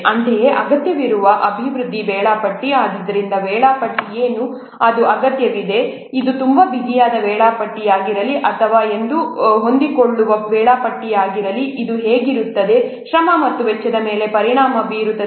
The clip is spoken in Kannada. ಅಂತೆಯೇ ಅಗತ್ಯವಿರುವ ಅಭಿವೃದ್ಧಿ ವೇಳಾಪಟ್ಟಿ ಆದ್ದರಿಂದ ವೇಳಾಪಟ್ಟಿ ಏನು ಅದು ಅಗತ್ಯವಿದೆ ಇದು ತುಂಬಾ ಬಿಗಿಯಾದ ವೇಳಾಪಟ್ಟಿಯಾಗಿರಲಿ ಅಥವಾ ಇದು ಹೊಂದಿಕೊಳ್ಳುವ ವೇಳಾಪಟ್ಟಿಯಾಗಿರಲಿ ಇದು ಹೀಗಿರುತ್ತದೆ ಶ್ರಮ ಮತ್ತು ವೆಚ್ಚದ ಮೇಲೂ ಪರಿಣಾಮ ಬೀರುತ್ತದೆ